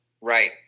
Right